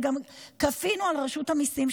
וגם כפינו על רשות המיסים,